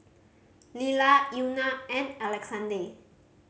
Lila Euna and Alexande